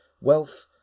wealth